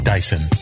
Dyson